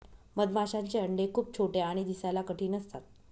मधमाशांचे अंडे खूप छोटे आणि दिसायला कठीण असतात